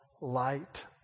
light